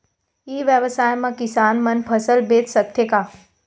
ई व्यवसाय म किसान मन फसल बेच सकथे का?